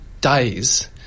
days